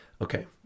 okay